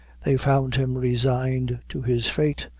they found him resigned to his fate,